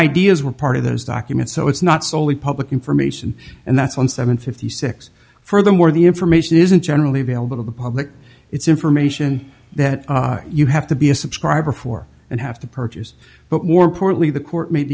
ideas were part of those documents so it's not soley public information and that's one seven fifty six furthermore the information isn't generally available to the public it's information that you have to be a subscriber for and have to purchase but more importantly the court made